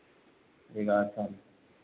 ग्यारह साल